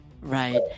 Right